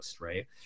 right